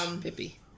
Pippi